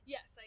Yes